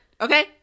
okay